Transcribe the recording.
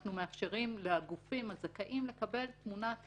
ואנחנו מאפשרים לגופים הזכאים לקבל תמונת